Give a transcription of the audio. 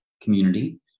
community